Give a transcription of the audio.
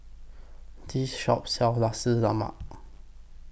This Shop sells Nasi Lemak